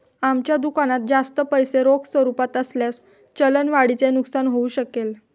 आमच्या दुकानात जास्त पैसे रोख स्वरूपात असल्यास चलन वाढीचे नुकसान होऊ शकेल